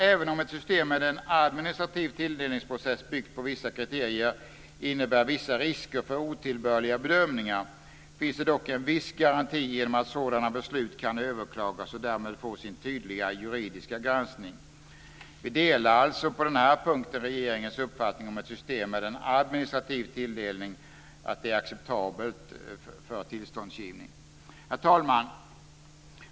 Även om ett system med en administrativ tilldelningsprocess byggd på vissa kriterier innebär vissa risker för otillbörliga bedömningar, finns det dock en viss garanti genom att sådana beslut kan överklagas och därmed få sin tydliga juridiska granskning. Vi delar alltså på den här punkten regeringens uppfattning att ett system med en administrativ tilldelning är acceptabelt för tillståndsgivning. Herr talman!